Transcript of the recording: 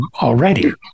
already